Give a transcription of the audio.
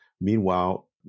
Meanwhile